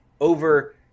over